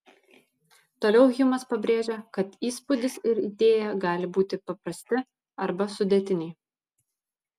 toliau hjumas pabrėžia kad įspūdis ir idėja gali būti paprasti arba sudėtiniai